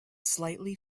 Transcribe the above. slightly